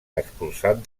expulsat